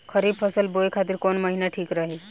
खरिफ फसल बोए खातिर कवन महीना ठीक रही?